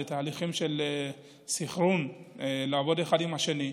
בתהליכים של סנכרון כדי לעבוד אחת עם השנייה.